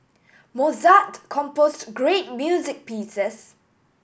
Mozart composed great music pieces